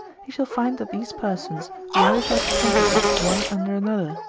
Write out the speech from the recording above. he shall find that these persons rise like apprentices one under another,